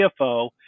CFO